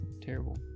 Terrible